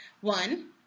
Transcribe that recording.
one